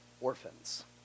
orphans